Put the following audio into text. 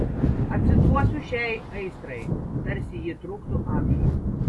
atsiduosiu šiai aistrai tarsi ji truktų amžius